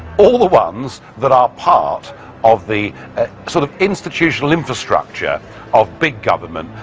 all the ones that are part of the sort of institutional infrastructure of big government,